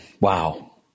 Wow